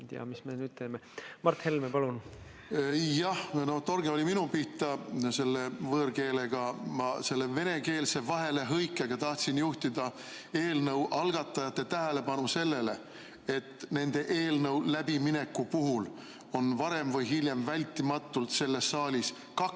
Mis me nüüd teeme? Mart Helme, palun! Jah, torge oli minu pihta. Selle võõrkeelega, selle venekeelse vahelehõikega ma tahtsin juhtida eelnõu algatajate tähelepanu sellele, et nende eelnõu läbimineku puhul on varem või hiljem vältimatult selles saalis kaks